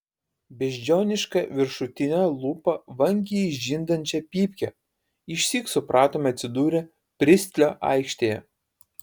beždžioniška viršutine lūpa vangiai žindančią pypkę išsyk supratome atsidūrę pristlio aikštėje